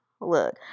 Look